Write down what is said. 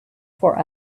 for